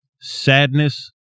sadness